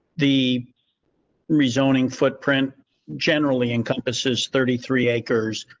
the rezoning footprint generally encompasses thirty three acres.